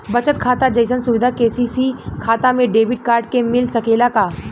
बचत खाता जइसन सुविधा के.सी.सी खाता में डेबिट कार्ड के मिल सकेला का?